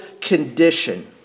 condition